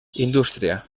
industria